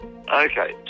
okay